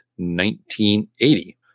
1980